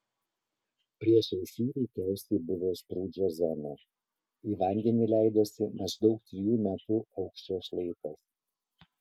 priešais jį veikiausiai buvo sprūdžio zona į vandenį leidosi maždaug trijų metrų aukščio šlaitas